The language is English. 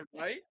right